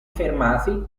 fermati